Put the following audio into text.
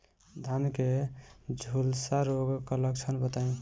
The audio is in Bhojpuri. धान में झुलसा रोग क लक्षण बताई?